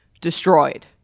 destroyed